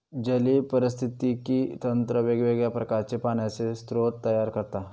जलीय पारिस्थितिकी तंत्र वेगवेगळ्या प्रकारचे पाण्याचे स्रोत तयार करता